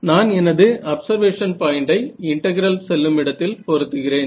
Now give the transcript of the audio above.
நான் எனது observation point ஐ இன்டெகிரல் செல்லுமிடத்தில் பொருத்துகிறேன்